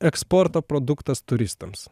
eksporto produktas turistams